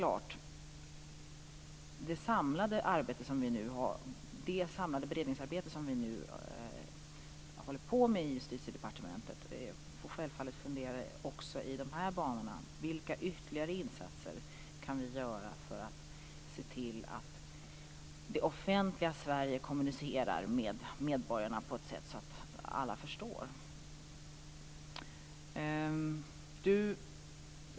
I det samlade beredningsarbete som vi nu håller på med i Justitiedepartementet får vi självfallet också fundera i de banorna: Vilka ytterligare insatser kan vi göra för att se till att det offentliga Sverige kommunicerar med medborgarna på ett sätt så att alla förstår?